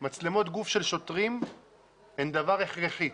מצלמות גוף של שוטרים הן דבר הכרחי,